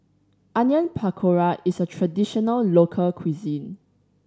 Onion Pakora is a traditional local cuisine